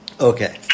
Okay